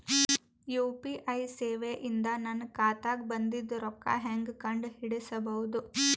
UPI ಸೇವೆ ಇಂದ ನನ್ನ ಖಾತಾಗ ಬಂದಿದ್ದ ರೊಕ್ಕ ಹೆಂಗ್ ಕಂಡ ಹಿಡಿಸಬಹುದು?